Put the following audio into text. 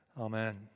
amen